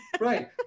Right